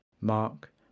Mark